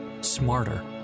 smarter